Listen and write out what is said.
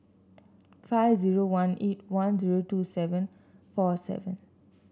five zero one eight one zero two seven four seven